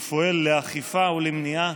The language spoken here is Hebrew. ופועל לאכיפה ולמניעה